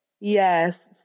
Yes